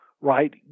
right